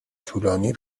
طولانی